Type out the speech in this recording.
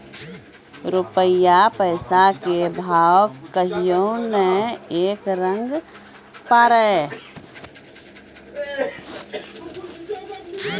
रूपया पैसा के भाव कहियो नै एक रंग रहै पारै